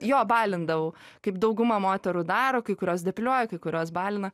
jo balindavau kaip dauguma moterų daro kai kurios depiliuoja kai kurios balina